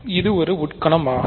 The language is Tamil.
இது ஒரு உட்கணம் ஆகும்